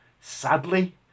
Sadly